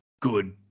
good